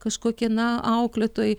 kažkokie na auklėtojai